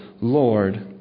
Lord